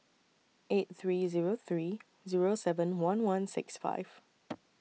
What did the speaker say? eight three Zero three Zero seven one one six five